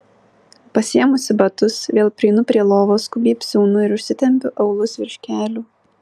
pasiėmusi batus vėl prieinu prie lovos skubiai apsiaunu ir užsitempiu aulus virš kelių